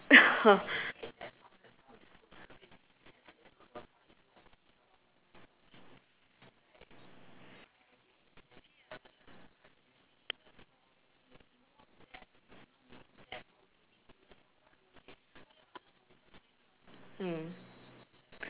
mm